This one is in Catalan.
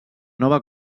nova